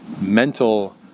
mental